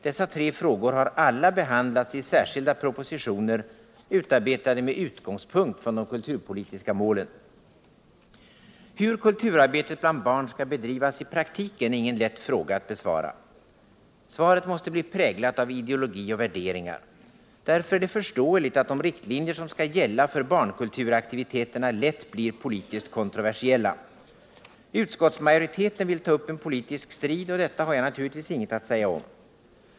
Dessa tre frågor har alla behandlats i särskilda propositioner utarbetade med utgångspunkt i de kulturpolitiska målen. Hur kulturarbetet bland barn skall bedrivas i praktiken är ingen lätt fråga att besvara. Svaret måste bli präglat av ideologi och värderingar. Därför är det förståeligt att de riktlinjer som skall gälla för barnkulturaktiviteterna lätt blir politiskt kontroversiella. Utskottsmajoriteten vill ta upp en politisk strid, och detta har jag naturligtvis inget att säga om.